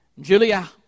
Julia